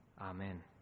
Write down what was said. Amen